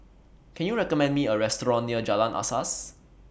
Can YOU recommend Me A Restaurant near Jalan Asas